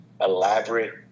elaborate